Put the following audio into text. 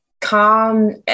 calm